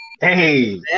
Hey